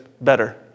better